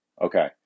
Okay